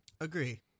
Agree